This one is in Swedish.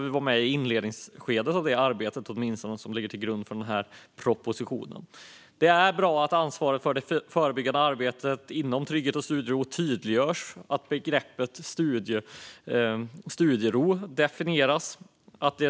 Vi var med i inledningsskedet av det arbete som ligger till grund för propositionen. Det är bra att ansvaret för det förebyggande arbetet för trygghet och studiero tydliggörs och att begreppet studiero definieras.